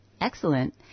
Excellent